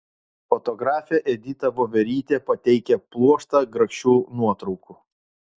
fotografė edita voverytė pateikia pluoštą grakščių nuotraukų